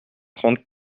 trente